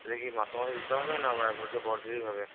সেটা কি মাসে মাসে দিতে হবে না এক বছর পর দিলেই হবে